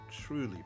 truly